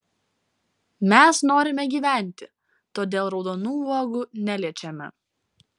mes norime gyventi todėl raudonų uogų neliečiame